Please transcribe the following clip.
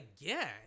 again